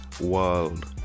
world